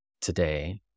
today